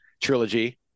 trilogy